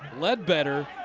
led better